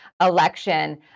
election